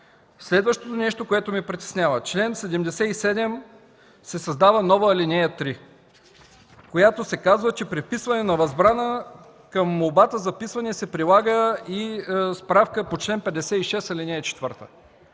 Следващото нещо, което ме притеснява – в чл. 77 се създава нова ал. 3, в която се казва, че при вписване на възбрана към молбата за вписвания се прилага и справка по чл. 56, ал. 4.